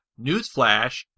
Newsflash